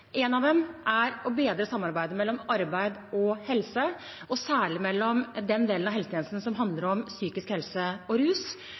En av dem er å bedre samarbeidet mellom arbeid og helse, og særlig mellom arbeid og den delen av helsetjenesten som handler om psykisk helse og rus,